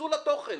תתייחסו לתוכן.